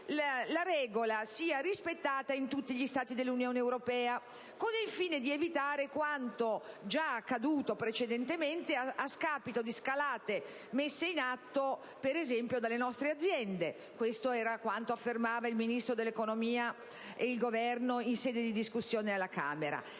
la regola sia rispettata in tutti gli Stati dell'Unione europea, con il fine di evitare quanto già accaduto precedentemente a scapito di scalate messe in atto, per esempio, dalle nostre aziende: questo era quanto ha affermato il Ministro dell'economia ed il Governo in sede di discussione alla Camera.